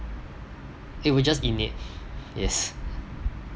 it was just innate yes